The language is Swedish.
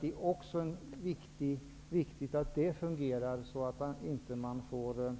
Det är viktigt att den fungerar så att vi inte får